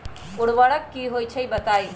उर्वरक की होई छई बताई?